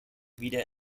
wieder